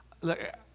Look